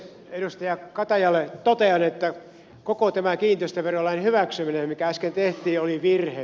edustaja katajalle totean että koko tämä kiinteistöverolain hyväksyminen mikä äsken tehtiin oli virhe